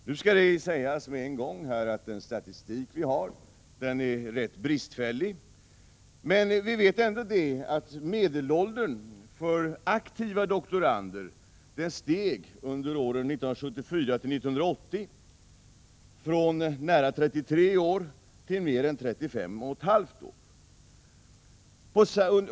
Nu skall det med en gång sägas att den statistik vi har är ganska bristfällig, men vi vet ändå att medelåldern för aktiva doktorander under åren 1974-1980 steg från nära 33 år till mer än 35,5 år.